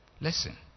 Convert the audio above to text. Listen